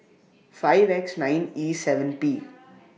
five X nine E seven P